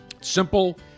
Simple